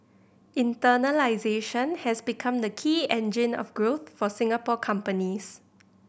has become the key engine of growth for Singapore companies